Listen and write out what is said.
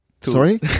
Sorry